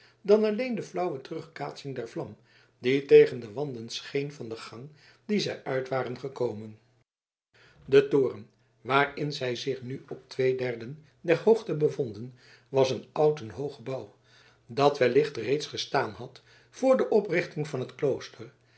dan alleen de flauwe terugkaatsing der vlam die tegen de wanden scheen van de gang die zij uit waren gekomen de toren waarin zij zich nu op twee derden der hoogte bevonden was een oud en hoog gebouw dat wellicht reeds gestaan had vr de oprichting van het klooster